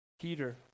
peter